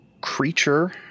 creature